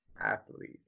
athlete